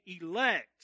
elect